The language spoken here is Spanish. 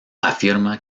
afirma